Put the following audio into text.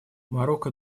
марокко